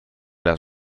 las